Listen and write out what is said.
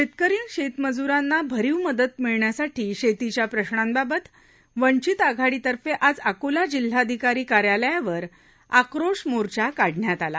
शेतकर शेतमजुरांना भरवी मदत मिळण्यासह शेतव्या प्रशंबाबत वंचित आघाडत्रिंके आज अकोला जिल्हाधिकारा कार्यालयावर आक्रोश मोर्चा काढण्यात आला